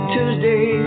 Tuesday